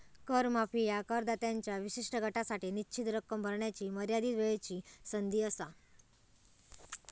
कर माफी ह्या करदात्यांच्या विशिष्ट गटासाठी निश्चित रक्कम भरण्याची मर्यादित वेळची संधी असा